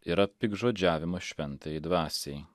yra piktžodžiavimas šventajai dvasiai